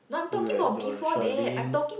you had your Sharlene